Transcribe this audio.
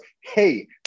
hey